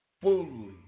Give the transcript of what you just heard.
Fully